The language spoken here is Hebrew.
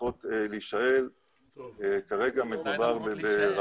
מניחה שעד סוף השבוע או בתחילת שבוע הבא אנחנו נוכל כבר